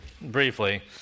briefly